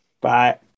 Bye